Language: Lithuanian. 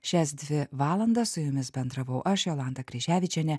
šias dvi valandas su jumis bendravau aš jolanta kryževičienė